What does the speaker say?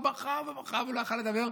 הוא בכה ובכה ולא יכול לדבר.